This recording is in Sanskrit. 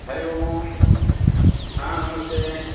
हरिः ओं हा नमस्ते